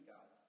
God